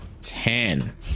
Ten